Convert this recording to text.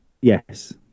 Yes